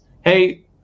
hey